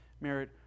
merit